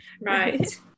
Right